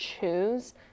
choose